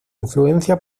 influencia